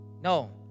No